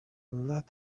that